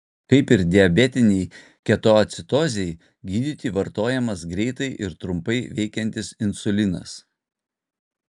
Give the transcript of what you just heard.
kaip ir diabetinei ketoacidozei gydyti vartojamas greitai ir trumpai veikiantis insulinas